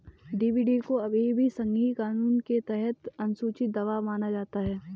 CBD को अभी भी संघीय कानून के तहत अनुसूची दवा माना जाता है